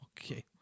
Okay